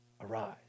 arise